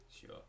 sure